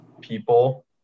people